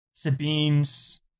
Sabine's